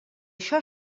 això